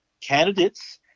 candidates